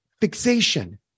fixation